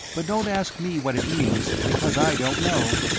but don't ask me what it means, because i don't know.